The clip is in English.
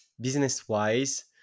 business-wise